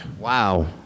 Wow